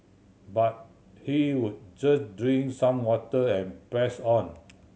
but he would just drink some water and press on